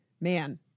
man